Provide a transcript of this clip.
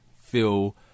feel